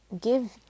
give